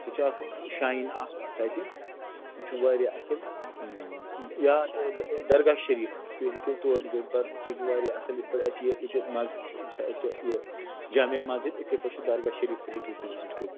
سُہ چھِ اَکھ شایِن اَکھ تَتہِ سُہ چھُ واریاہ اصٕل یا د درگاہ شریٖف تُہۍ ہیٚکِو تور تہِ کٔرِتھ پتہٕ سُہ چھِ واریاہ اصٕل یِتھ پٲٹھۍ اَسہِ چھِ ییٚتہِ مسجد چھِ یہِ چھِ اَسہِ یہِ جامعہ مسجد یِتھَے پٲٹھۍ چھِ درگاہ شریٖف تہِ ہیٚکِو تُہۍ وِزِٹ کٔرِتھ